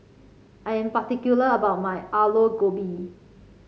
I am particular about my Aloo Gobi